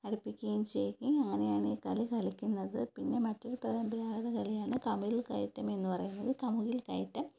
അടുപ്പിക്കുകയും ചെയ്യുകയും അങ്ങനെയാണ് ഈ കളികളിക്കുന്നത് പിന്നെ മറ്റൊരു പരമ്പരാഗതകളിയാണ് കമുകിൽ കയറ്റമെന്ന് പറയുന്നത് കമുകിൽ കയറ്റം